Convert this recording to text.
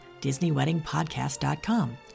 DisneyWeddingPodcast.com